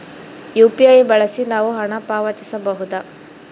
UPI ಬಳಸಿ ನಾವು ಹಣ ಪಾವತಿಸಬಹುದಾ?